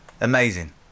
amazing